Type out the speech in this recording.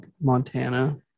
Montana